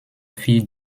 fille